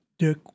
Dick